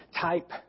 type